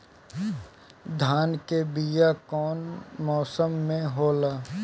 धान के बीया कौन मौसम में होला?